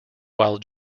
while